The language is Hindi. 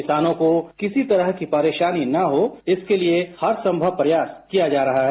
किसानों को किसी तरह की परेशानी न हो इसके लिए हरसम्भव प्रयास किया जा रहा है